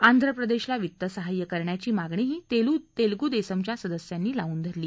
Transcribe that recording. आंध्र प्रदेशला वित्त सहाय्य्य करण्याची मागणीही तेलगू देसमच्या सदस्यांनी लावून धरली